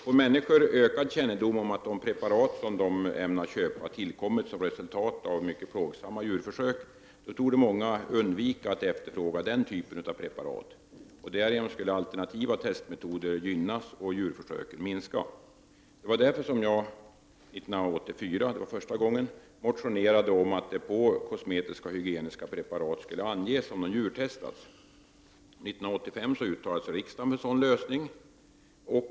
Får människor ökad kännedom om att de preparat som de ämnar köpa tillkommit som resultat av mycket plågsamma djurförsök, torde många undvika att efterfråga den typen av preparat. Därigenom skulle alternativa testmetoder gynnas och djurförsöken minska. Därför motionerade jag första gången 1984 om att det skall anges på kosmetiska och hygieniska preparat om de har djurtestats. År 1985 uttalade sig riksdagen för en sådan lösning.